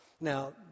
Now